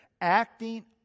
acting